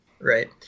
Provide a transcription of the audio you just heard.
right